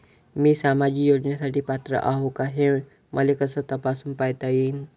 मी सामाजिक योजनेसाठी पात्र आहो का, हे मले कस तपासून पायता येईन?